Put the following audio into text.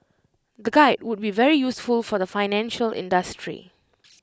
the guide would be very useful for the financial industry